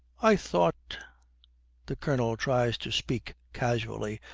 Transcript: i thought the colonel tries to speak casually,